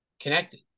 connected